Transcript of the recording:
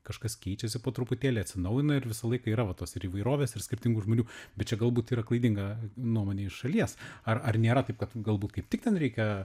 kažkas keičiasi po truputėlį atsinaujina ir visą laiką yra va tos ir įvairovės ir skirtingų žmonių bet čia galbūt yra klaidinga nuomonė iš šalies ar ar nėra taip kad galbūt kaip tik ten reikia